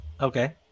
Okay